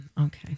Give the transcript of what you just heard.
Okay